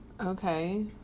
Okay